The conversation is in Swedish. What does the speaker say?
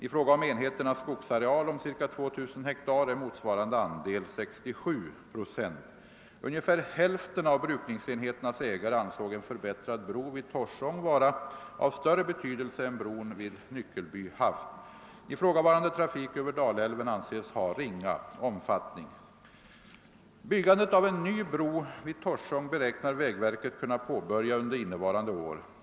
I fråga om enheternas skogsareal om ca 2 000 ha är motsvarande andel 67 procent. Ungefär hälften av brukningsenheternas ägare ansåg en förbättrad bro vid Torsång vara av större betydelse än bron vid Nyckelby haft. Ifrågavarande trafik över Dalälven anses ha ringa omfattning. Byggandet av en ny bro vid Torsång beräknar vägverket kunna påbörja under innevarande år.